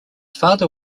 father